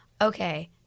Okay